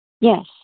Yes